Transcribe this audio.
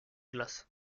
glace